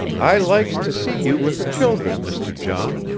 i likes to see you with the children, mr. john,